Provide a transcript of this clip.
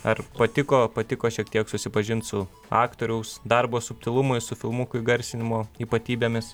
ar patiko patiko šiek tiek susipažint su aktoriaus darbo subtilumais su filmukų įgarsinimo ypatybėmis